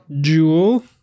Jewel